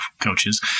coaches